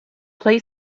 play